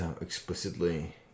explicitly